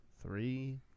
three